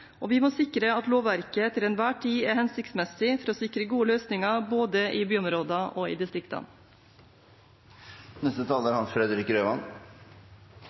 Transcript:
og vi må sikre at lovverket til enhver tid er hensiktsmessig, for å sikre gode løsninger i både byområder og